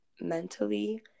mentally